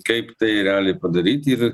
kaip tai realiai padaryti ir